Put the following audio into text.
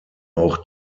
auch